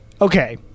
Okay